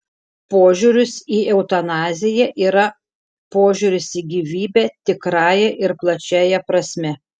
požiūris į eutanaziją yra požiūris į gyvybę tikrąja ir plačiąja prasme